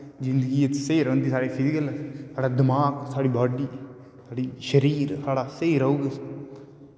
जिन्दगी स्हेई रौंह्दी साढ़ी फिजीकल साढ़ा दमाक साढ़ी बॉड्डी साढ़ा शरीर स्हेई रौह्ग